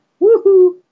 Woohoo